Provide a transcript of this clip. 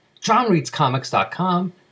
JohnReadsComics.com